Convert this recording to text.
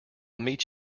meet